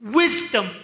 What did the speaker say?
wisdom